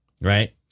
right